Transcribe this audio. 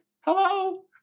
hello